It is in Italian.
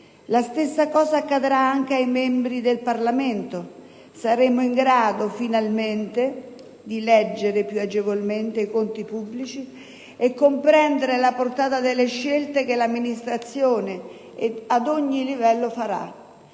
La stessa cosa accadrà anche ai membri del Parlamento: finalmente, saremo in grado di leggere più agevolmente i conti pubblici e comprendere la portata delle scelte che l'amministrazione ad ogni livello farà.